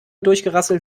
durchgerasselt